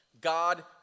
God